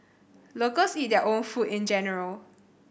locals eat their own food in general